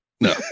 no